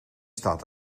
staat